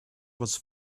was